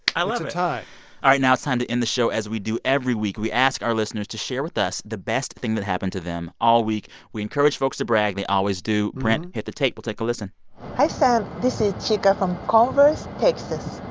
tie i love it. all right. now it's time to end the show as we do every week. we ask our listeners to share with us the best thing that happened to them all week. we encourage folks to brag. they always do. brent, hit the tape. we'll take a listen hi, sam. this is chica from converse, texas.